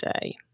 day